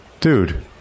Dude